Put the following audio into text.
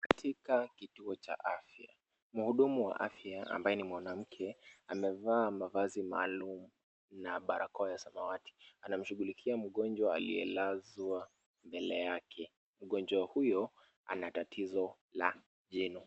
Katika kituo cha afya muhudumu wa afya ambaye ni mwanamke amevaa mavazi maalum na barakoa samawati anamshughulikia mgonjwa aliyelazwa mbele yake. Mgonjwa huyo ana tatizo la jino.